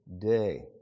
day